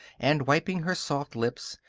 and wiping her soft lips,